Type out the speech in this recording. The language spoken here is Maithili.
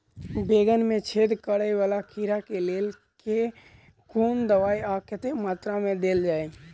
बैंगन मे छेद कराए वला कीड़ा केँ लेल केँ कुन दवाई आ कतेक मात्रा मे देल जाए?